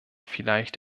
vielleicht